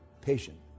patient